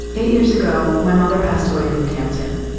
eight years ago, my mother passed away from cancer.